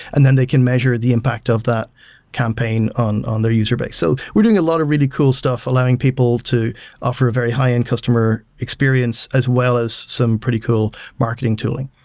and then they can measure the impact of the campaign on on their user-base. so we're doing a lot of really cool stuff allowing people to offer a very high-end customer experience as well as some pretty cool marketing tooling.